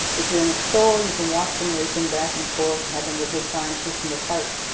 if you're in a store, you can watch them racing back and forth having a good time, pushing the carts,